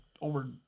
over